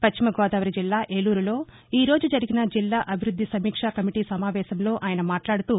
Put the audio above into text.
పశ్చిమ గోదావరి జిల్లా ఏలూరులో ఈ రోజు జరిగిన జిల్లా అభివృద్ధి సమీక్షా కమిటీ సమావేశంలో ఆయన మాట్లాడుతూ